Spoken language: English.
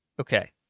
Okay